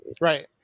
Right